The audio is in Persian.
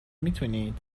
میتونید